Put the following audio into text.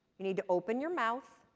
you need to open your mouth,